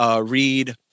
read